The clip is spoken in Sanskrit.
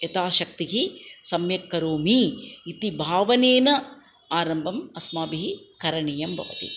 यथाशक्तिः सम्यक् करोमि इति भावनेन आरम्भम् अस्माभिः करणीयं भवति